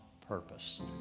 purpose